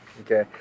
okay